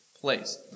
place